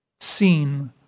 seen